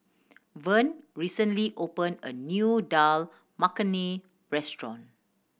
Vern recently opened a new Dal Makhani Restaurant